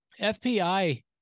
FPI